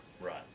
Right